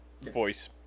voice